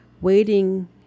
waiting